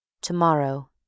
Tomorrow